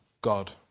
God